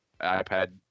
iPad